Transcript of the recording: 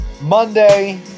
Monday